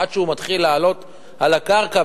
עד שהוא מתחיל לעלות על הקרקע,